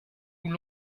nous